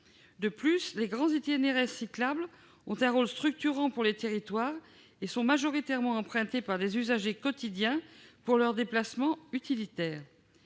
De plus, les grands itinéraires cyclables ont un rôle structurant pour les territoires et sont majoritairement empruntés par les usagers quotidiens pour leurs déplacements utilitaires.